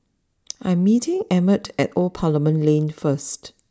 I'm meeting Emmett at Old Parliament Lane first